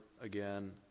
again